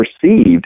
perceived